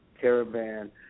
caravan